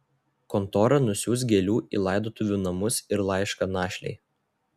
kontora nusiųs gėlių į laidotuvių namus ir laišką našlei